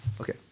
Okay